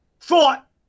thought